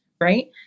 right